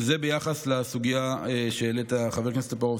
זה ביחס לסוגיה שהעלית, חבר הכנסת טופורובסקי.